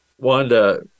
Wanda